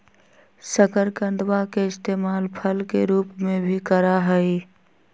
शकरकंदवा के इस्तेमाल फल के रूप में भी करा हई